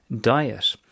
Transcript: diet